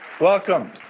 Welcome